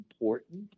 important